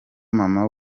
mama